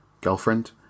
girlfriend